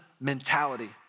mentality